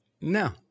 No